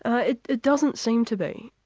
ah it it doesn't seem to be.